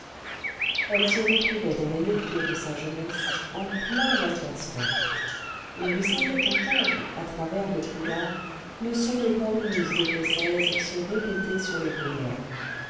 elle se retrouvait dans les lectures de sa jeunesse en plein walter scott il lui semblait entendre à travers le brouillard le son des cornemuses écossaises se répéter sur les bruyères